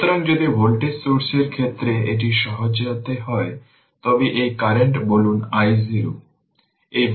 সুতরাং যদি ভোল্টেজ সোর্সের ক্ষেত্রে এটি সাজাতে হয় তবে এই কারেন্ট বলুন i0